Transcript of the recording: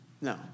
No